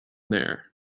there